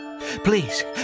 Please